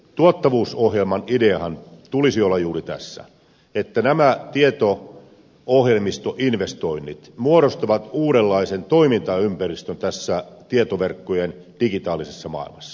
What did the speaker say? tuottavuusohjelman ideanhan tulisi olla juuri tässä että tieto ohjelmistoinvestoinnit muodostavat uudenlaisen toimintaympäristön tietoverkkojen digitaalisessa maailmassa